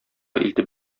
илтеп